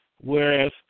Whereas